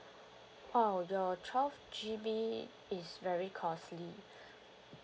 !wow! your twelve G_B is very costly